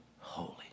holy